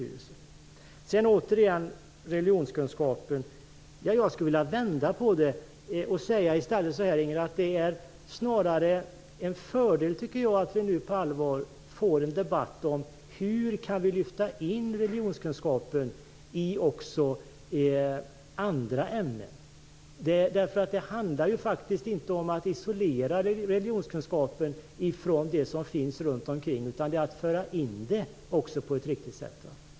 Återigen om religionskunskapen: Jag skulle vilja vända på saken. Det är snarare en fördel om vi på allvar för en debatt om hur religionskunskapen kan lyftas in också i andra ämnen. Det handlar inte om att isolera religionskunskapen, utan det gäller att föra in det ämnet på ett riktigt sätt.